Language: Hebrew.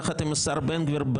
יחד עם השר בן גביר,